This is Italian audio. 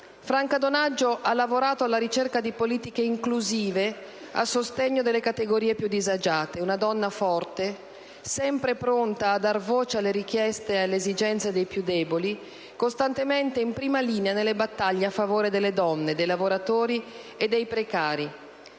Franca Donaggio ha lavorato alla ricerca di politiche inclusive a sostegno delle categorie più disagiate. Una donna forte, sempre pronta a dar voce alle richieste e alle esigenze dei più deboli, costantemente in prima linea nelle battaglie a favore delle donne, dei lavoratori e dei precari.